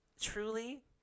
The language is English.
Truly